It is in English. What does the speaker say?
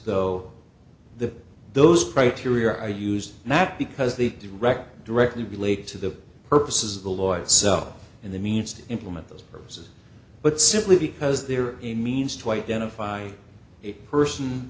though the those criteria are used not because the direct directly relates to the purposes of the law itself in the means to implement those purposes but simply because there are a means to identify a person